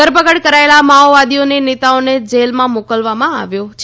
ધરપકડ કરાયેલ માઓવાદી નેતાને જેલમાં મોકલવામાં આવ્યો છે